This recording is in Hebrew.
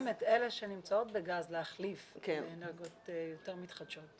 אלה שנמצאות בגז, להחליף באנרגיות יותר מתחדשות.